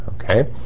okay